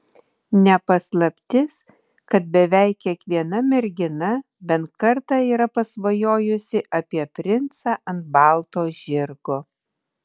ne paslaptis kad beveik kiekviena mergina bent kartą yra pasvajojusi apie princą ant balto žirgo